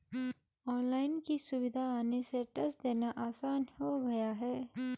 online की सुविधा आने से टेस्ट देना आसान हो गया है